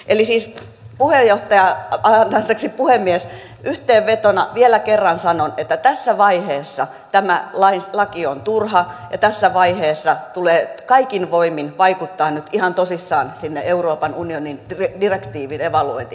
eli siis puhemies yhteenvetona vielä kerran sanon että tässä vaiheessa tämä laki on turha ja tässä vaiheessa tulee kaikin voimin vaikuttaa nyt ihan tosissaan sinne euroopan unionin direktiivin evaluointiin